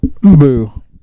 Boo